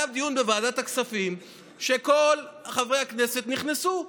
היה דיון בוועדת הכספים שאליו כל חברי הכנסת נכנסו,